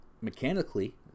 mechanically